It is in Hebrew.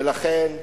ולכן,